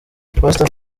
pastor